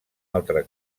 altre